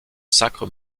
sacre